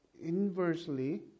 inversely